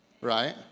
right